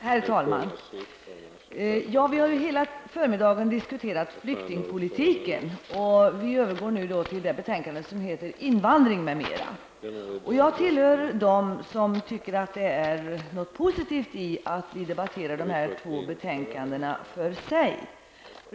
Herr talman! Vi har hela förmiddagen diskuterat flyktingpolitiken, och vi övergår nu till det betänkande som heter Invandring m.m. Jag tillhör dem som tycker att det ligger något positivt i att vi debatterar dessa två betänkanden var för sig.